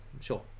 sure